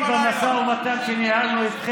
אני לא בא בטענות.